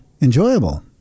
enjoyable